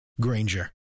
Granger